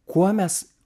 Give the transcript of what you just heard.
kuo mes